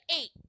eight